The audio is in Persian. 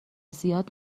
زیاد